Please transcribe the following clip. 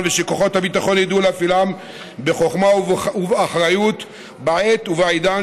ושכוחות הביטחון ידעו להפעילן בחוכמה ובאחריות בעת ובעידן